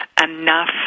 enough